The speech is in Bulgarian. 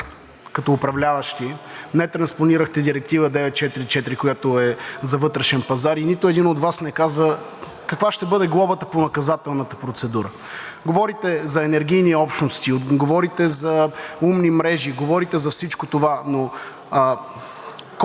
като управляващи не транспонирахте Директива 944, която е за вътрешен пазар, и нито един от Вас не казва каква ще бъде глобата по наказателната процедура. Говорите за енергийни общности, говорите за умни мрежи, говорите за всичко това, но